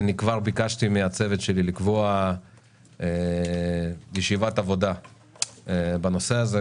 אני כבר ביקשתי מהצוות שלי לקבוע ישיבת עבודה בנושא הזה,